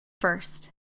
first